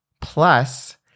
plus